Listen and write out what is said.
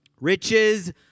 Riches